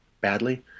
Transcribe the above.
badly